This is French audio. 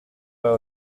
pas